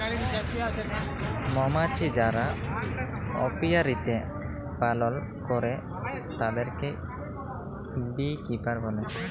মমাছি যারা অপিয়ারীতে পালল করে তাদেরকে বী কিপার বলে